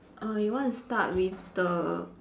err you want to start with the